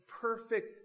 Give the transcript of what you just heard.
perfect